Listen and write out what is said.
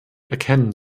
erkennen